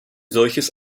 solches